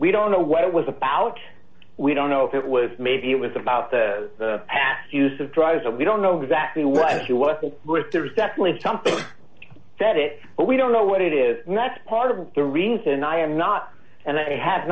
we don't know what it was about we don't know if it was maybe it was about the past use of drugs and we don't know exactly what she was there is definitely something that it but we don't know what it is that's part of the reason i am not and i have